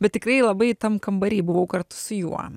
bet tikrai labai tam kambary buvau kartu su juo